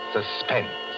Suspense